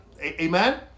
Amen